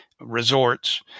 Resorts